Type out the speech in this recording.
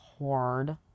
hard